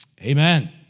Amen